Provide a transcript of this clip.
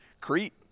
Crete